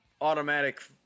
automatic